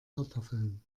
kartoffeln